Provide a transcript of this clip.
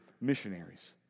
missionaries